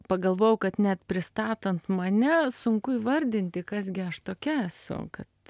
pagalvojau kad net pristatant mane sunku įvardinti kas gi aš tokia esu kad